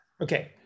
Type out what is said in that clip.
Okay